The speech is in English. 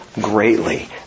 greatly